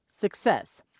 success